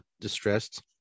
distressed